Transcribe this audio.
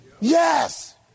Yes